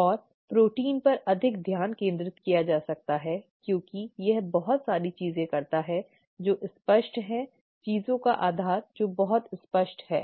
और प्रोटीन पर अधिक ध्यान केंद्रित किया जा सकता है क्योंकि यह बहुत सारी चीजें करता है जो स्पष्ट है चीजों का आधार जो बहुत स्पष्ट है ठीक है